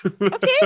Okay